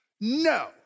No